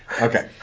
Okay